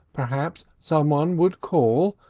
perhaps, someone would call,